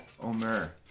Omer